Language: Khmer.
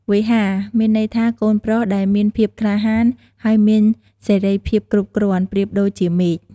វេហា មានន័យថា កូនប្រុសដែលមានភាពក្លាហាន ហើយមានសេរីភាពគ្រប់គ្រាន់ ប្រៀបដូចជាមេឃ។